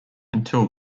until